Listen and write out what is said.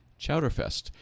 Chowderfest